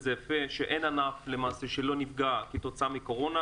זה יפה כשאמרת שלמעשה אין ענף שלא נפגע כתוצאה מהקורונה,